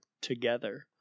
together